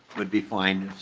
would be fine